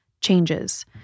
changes